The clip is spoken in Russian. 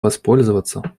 воспользоваться